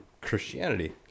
Christianity